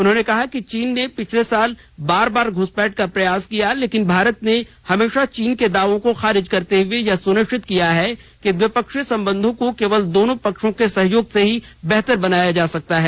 उन्होंने कहा कि चीन ने पिछले साल बार बार घुसपैठ का प्रयास किया लेकिन भारत ने हमेशा चीन के दावों को खारिज करते हुए यह सुनिश्चित किया है कि द्विपक्षीय संबंधों को केवल दोनों पक्षों के सहयोग से ही बेहतर बनाया जा सकता है